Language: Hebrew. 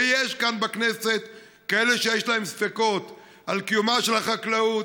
ויש כאן בכנסת כאלה שיש להם ספקות בקיומה של החקלאות,